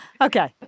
Okay